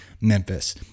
Memphis